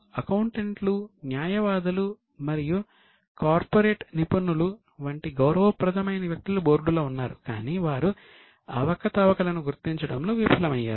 అకౌంటెంట్లు న్యాయవాదులు మరియు కార్పొరేట్ నిపుణులు వంటి గౌరవప్రదమైన వ్యక్తులు బోర్డులో ఉన్నారు కాని వారు అవకతవకలను గుర్తించడంలో విఫలమయ్యారు